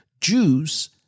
Jews